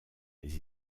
les